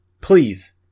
Please